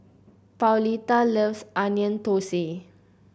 Pauletta loves Onion Thosai